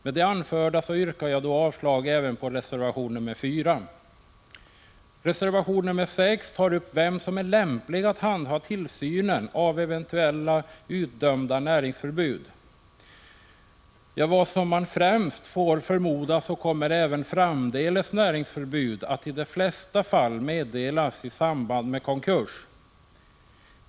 Med det anförda yrkar jag avslag även på reservation nr 4. Reservation nr 6 tar upp frågan om vem som är lämplig att handha tillsynen av eventuella utdömda näringsförbud. Vad man främst får förmoda är att näringsförbud även framdeles i de flesta fall kommer att meddelas i samband med konkurs.